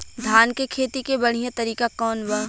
धान के खेती के बढ़ियां तरीका कवन बा?